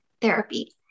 therapy